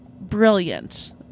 brilliant